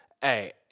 Hey